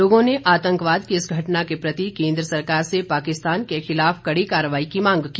लोगों ने आतंकवाद की इस घटना के प्रति केन्द्र सरकार से पाकिस्तान के खिलाफ कड़ी कार्रवाई की मांग की